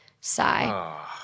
Sigh